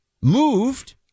moved